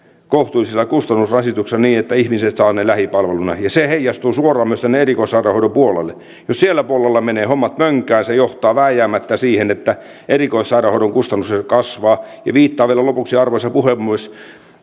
kohtuullisella kustannusrasituksella niin että ihmiset saavat ne lähipalveluna ja se heijastuu suoraan myös tänne erikoissairaanhoidon puolelle jos siellä puolella menevät hommat mönkään se johtaa vääjäämättä siihen että erikoissairaanhoidon kustannukset kasvavat viittaan vielä lopuksi arvoisa puhemies